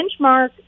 benchmark